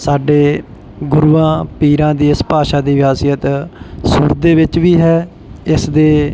ਸਾਡੇ ਗੁਰੂਆਂ ਪੀਰਾਂ ਦੀ ਇਸ ਭਾਸ਼ਾ ਦੇ ਵਿਰਾਸੀਅਤ ਸੁਰ ਦੇ ਵਿੱਚ ਵੀ ਹੈ ਇਸ ਦੇ